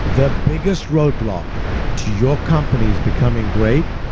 the biggest roadblock to your companies becoming great,